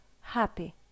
happy